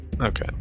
Okay